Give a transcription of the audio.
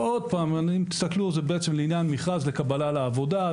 עוד פעם, אם תסתכלו, זה לעניין מכרז לקבלה לעבודה.